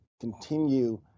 continue